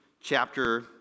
chapter